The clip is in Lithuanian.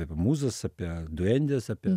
apie mūzas apie duendes apie